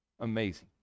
Amazing